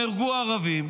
נהרגו ערבים,